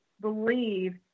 believe